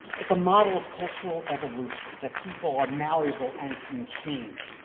it's a model of cultural evolution that people are malleable and can change.